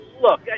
look